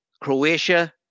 Croatia